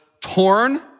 torn